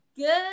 Good